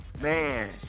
man